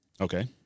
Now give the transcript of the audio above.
Okay